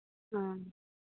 हँ